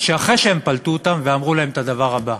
אחרי שהן פלטו אותם, ואמרו להם את הדבר הבא: